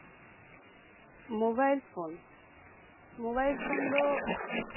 mobile phone mobile phone ᱫᱚ